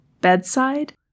bedside